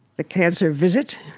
the cancer visit?